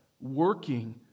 working